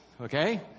okay